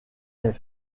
est